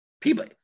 people